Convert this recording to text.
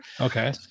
Okay